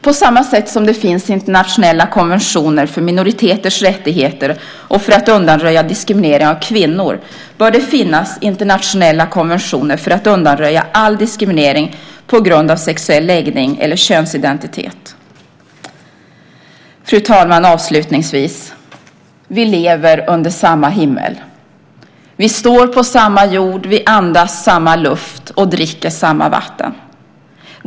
På samma sätt som det finns internationella konventioner för minoriteters rättigheter och för att undanröja diskriminering av kvinnor bör det finnas internationella konventioner för att undanröja all diskriminering på grund av sexuell läggning eller könsidentitet. Avslutningsvis, fru talman: Vi lever under samma himmel. Vi står på samma jord. Vi andas samma luft och dricker samma vatten.